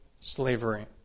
slavery